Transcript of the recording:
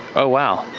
oh wow.